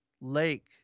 lake